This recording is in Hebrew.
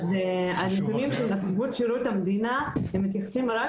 אז בנציבות שירות המדינה הם מתייחסים רק